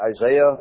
Isaiah